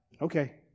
okay